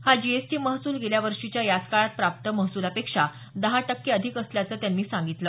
हा जीएसटी महसूल गेल्या वर्षीच्या याच काळात प्राप्त महसुलापेक्षा दहा टक्के अधिक असल्याचं त्यांनी सांगितलं